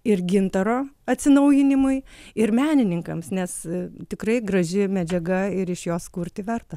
ir gintaro atsinaujinimui ir menininkams nes tikrai graži medžiaga ir iš jos kurti verta